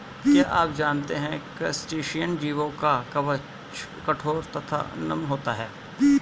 क्या आप जानते है क्रस्टेशियन जीवों का कवच कठोर तथा नम्य होता है?